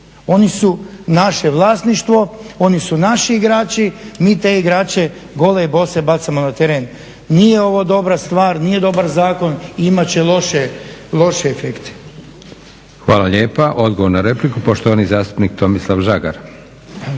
Oni su naše vlasništvo, oni su naši igrači, mi te igrače gole i bose bacamo na teren. Nije ovo dobra stvar, nije dobar zakon i imat će loše efektne.